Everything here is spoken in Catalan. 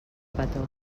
petó